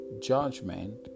judgment